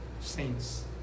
saints